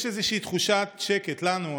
יש איזושהי תחושת שקט לנו,